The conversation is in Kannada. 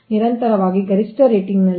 ನಿರಂತರವಾಗಿ ಗರಿಷ್ಠ ರೇಟಿಂಗ್ನಲ್ಲಿ